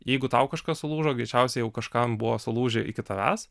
jeigu tau kažkas sulūžo greičiausiai jau kažkam buvo sulūžę iki tavęs